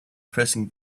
pressing